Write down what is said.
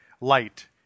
light